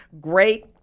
Great